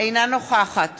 אינה נוכחת